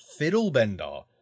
Fiddlebender